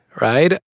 right